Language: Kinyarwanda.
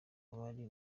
abari